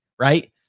Right